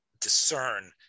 discern